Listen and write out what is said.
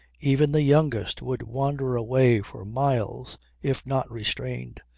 even the youngest would wander away for miles if not restrained.